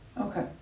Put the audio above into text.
Okay